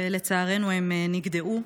ולצערנו הם נגדעו.